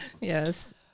yes